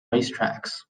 racetracks